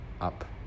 up